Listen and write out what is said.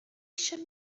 eisiau